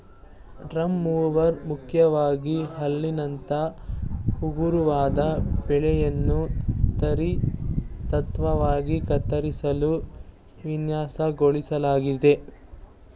drum mower ಮುಖ್ಯವಾಗಿ ಹುಲ್ಲಿನಂತ ಹಗುರವಾದ ಬೆಳೆನ ತ್ವರಿತವಾಗಿ ಕತ್ತರಿಸಲು ವಿನ್ಯಾಸಗೊಳಿಸ್ಲಾಗಿದೆ